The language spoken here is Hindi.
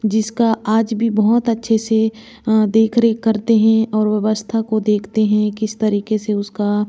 जिसका आज भी बहुत अच्छे से देख रेख करते हैं और व्यवस्था को देखते हैं किस तरीके से उसका